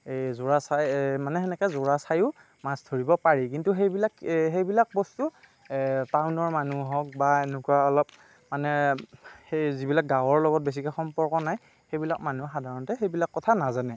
এই জোৰা চাই মানে সেনেকৈ জোৰা চাইয়ো মাছ ধৰিব পাৰি কিন্তু সেইবিলাক সেইবিলাক বস্তু টাউনৰ মানুহক বা এনেকুৱা অলপ মানে যিবিলাক গাঁৱৰ লগত বেছিকৈ সম্পৰ্ক নাই সেইবিলাক মানুহে সাধাৰণতে সেইবিলাক কথা নাজানে